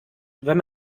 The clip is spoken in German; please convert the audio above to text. wenn